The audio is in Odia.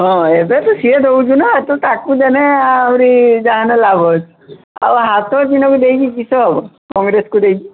ହଁ ଏବେ ତ ସେ ଦେଉଛି ନା ତାକୁ ଦେଲେ ଆହୁରି ଜାଣ ଲାଭ ଅଛି ଆଉ ହାତ ଚିହ୍ନକୁ ଦେଇ କିଛି ଲାଭ ନାହିଁ କଂଗ୍ରେସକୁ ଦେଇକରି